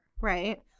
right